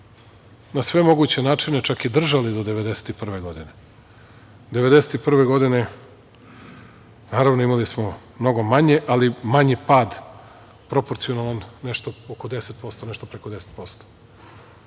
na sve moguće načine, čak i držali do 1991. godine. Godine 1991, naravno imali smo mnogo manje, ali manji pad proporcionalno nešto preko 10%.